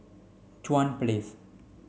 Chuan Place